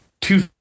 two